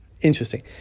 interesting